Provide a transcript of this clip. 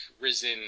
risen